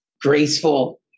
graceful